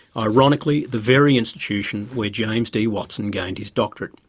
ironically the very institution where james d watson gained his doctorate.